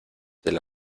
del